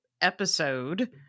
episode